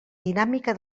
dinàmica